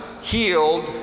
healed